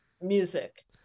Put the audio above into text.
music